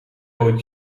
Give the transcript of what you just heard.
ooit